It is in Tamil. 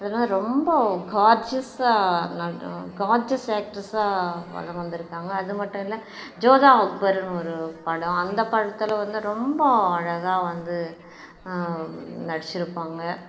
அதெல்லாம் ரொம்ப கார்ட்ஜியஸ்ஸாக நட கார்ட்ஜியஸ் ஆக்ட்ரஸ்ஸாக வளம் வந்துருக்காங்க அது மட்டும் இல்லை ஜோதா அக்பர்னு ஒரு படம் அந்த படத்தில் வந்து ரொம்ப அழகாக வந்து நடிச்சுருப்பாங்க